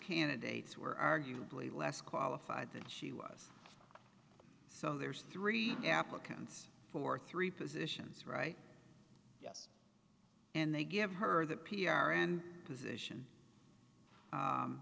candidates were arguably less qualified to she was so there's three applicants for three positions right and they give her that p r and position